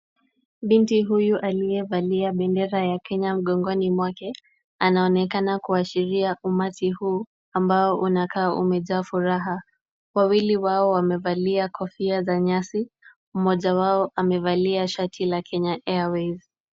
Binti huyu aliyevalia bendera ya Kenya mgongoni mwake, anaonekana kuashiria umati huu ambao unakaa umejaa furaha. Wawili wao wamevalia kofia za nyasi, mmoja wao amevalia shati la Kenya Airways.